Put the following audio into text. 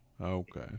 okay